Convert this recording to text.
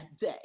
day